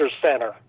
center